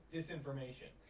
disinformation